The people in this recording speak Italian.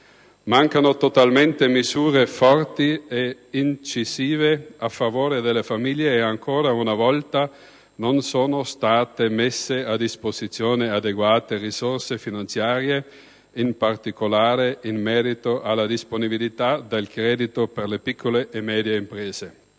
Mancano totalmente misure forti e incisive a favore delle famiglie ed ancora una volta non sono state messe a disposizione adeguate risorse finanziare, in particolare in merito alla disponibilità del credito per le piccole e medie imprese.